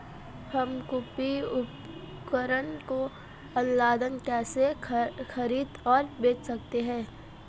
हम कृषि उपकरणों को ऑनलाइन कैसे खरीद और बेच सकते हैं?